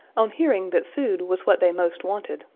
on hearing that food was what they most wanted,